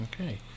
Okay